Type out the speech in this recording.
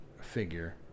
figure